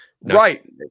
right